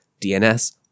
dns